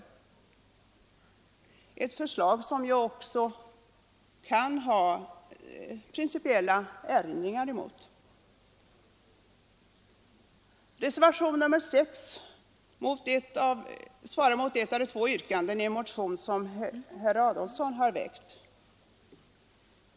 Det är ett förslag som jag också kan anföra principiella erinringar emot. Adolfsson har väckt.